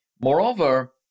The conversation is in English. moreover